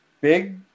Big